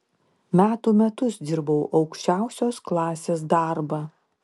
metų metus dirbau aukščiausios klasės darbą